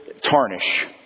tarnish